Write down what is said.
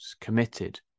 committed